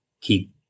keep